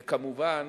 וכמובן,